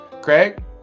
Craig